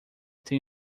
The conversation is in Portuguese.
têm